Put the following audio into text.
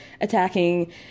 attacking